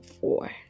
four